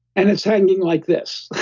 and it's hanging like this.